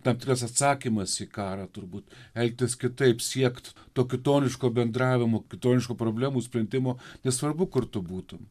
tam tikras atsakymas į karą turbūt elgtis kitaip siekt to kitoniško bendravimo kitoniškų problemų sprendimo nesvarbu kur tu būtum